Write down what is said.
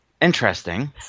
interesting